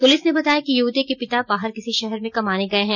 police ने बताया कि युवती के पिता बाहर किसी शहर में कमाने गए हैं